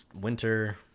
winter